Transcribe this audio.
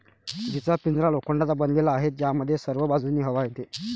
जीचा पिंजरा लोखंडाचा बनलेला आहे, ज्यामध्ये सर्व बाजूंनी हवा येते